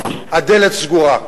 הדלת סגורה.